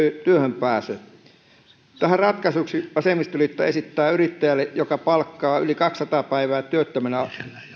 työhön pääsynsä tähän ratkaisuksi vasemmistoliitto esittää yrittäjälle joka palkkaa yli kaksisataa päivää työttömänä